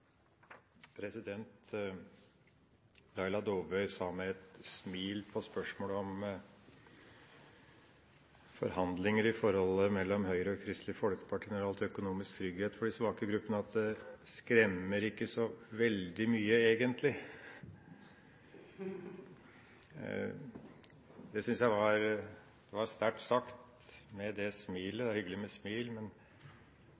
Laila Dåvøy sa med et smil til spørsmålet om forhandlinger mellom Høyre og Kristelig Folkeparti når det gjaldt økonomisk trygghet for de svake gruppene, at det ikke egentlig skremmer så veldig mye. Det syntes jeg var sterkt sagt – med det smilet.